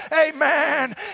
amen